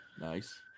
Nice